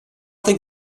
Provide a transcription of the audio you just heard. think